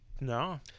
No